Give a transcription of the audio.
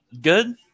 good